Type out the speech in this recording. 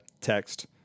text